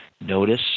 notice